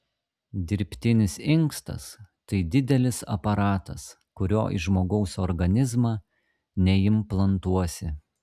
dirbtinis inkstas tai didelis aparatas kurio į žmogaus organizmą neimplantuosi